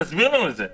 תסביר לנו את זה.